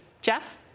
Jeff